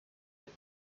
with